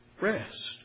rest